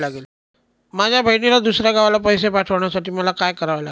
माझ्या बहिणीला दुसऱ्या गावाला पैसे पाठवण्यासाठी मला काय करावे लागेल?